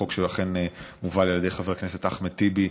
החוק שלכם הובל על ידי חבר הכנסת אחמד טיבי.